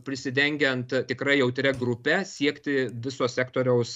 prisidengiant tikrai jautria grupe siekti viso sektoriaus